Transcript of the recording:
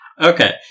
Okay